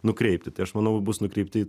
nukreipti tai aš manau bus nukreipti